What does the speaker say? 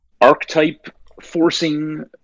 archetype-forcing